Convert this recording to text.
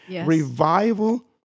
revival